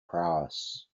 prowess